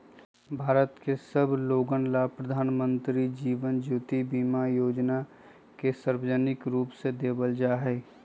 भारत के सब लोगन ला प्रधानमंत्री जीवन ज्योति बीमा योजना के सार्वजनिक रूप से देवल जाहई